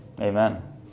Amen